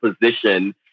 position